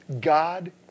God